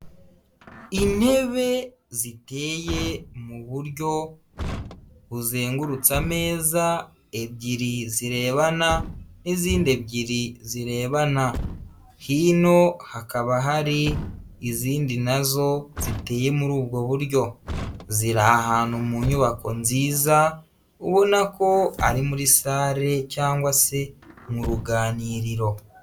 Intebe ziteye mu buryo buzengurutse ameza, ebyiri zirebana n'izindi ebyiri zirebana, hino hakaba hari izindi na zo ziteye muri ubwo buryo, ziri ahantu mu nyubako nziza ubona ko ari muri sale cyangwa se mu ruganiriro.